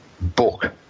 book